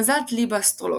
מזל דלי באסטרולוגיה